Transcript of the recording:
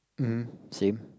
mmhmm same